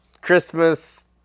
Christmas